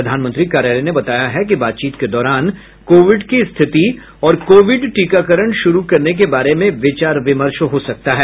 प्रधानमंत्री कार्यालय ने बताया है कि बातचीत के दौरान कोविड की स्थिति और कोविड टीकाकरण शुरू करने के बारे में विचार विमर्श हो सकता है